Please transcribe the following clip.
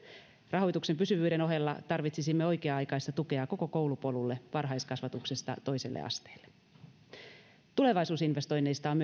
rahoituksen pysyvyyden ohella tarvitsisimme oikea aikaista tukea koko koulupolulle varhaiskasvatuksesta toiselle asteelle myöskin tulevaisuusinvestoinneista on